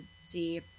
see